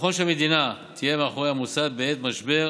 נכון שהמדינה תהיה מאחורי המוסד בעת משבר,